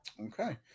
Okay